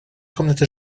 комнаты